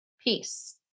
peace